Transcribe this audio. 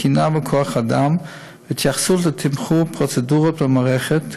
תקינה וכוח אדם ותמחור פרוצדורות במערכת,